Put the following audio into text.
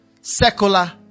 Secular